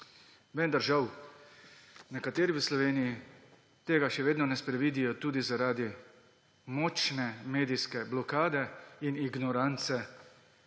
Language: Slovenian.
Vendar žal nekateri v Sloveniji tega še vedno ne sprevidijo, tudi zaradi močne medijske blokade in ignorance